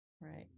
right